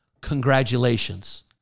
Congratulations